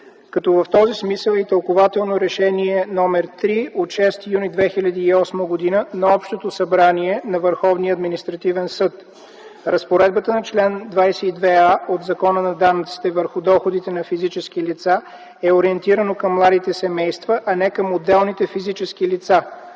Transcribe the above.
като в този смисъл е и Тълкувателно решение № 3 от 6 юни 2008 г. на Общото събрание на Върховния административен съд. Разпоредбата на чл. 22а от Закона за данъците върху доходите на физическите лица е ориентирана към младите семейства, а не към отделните физически лица.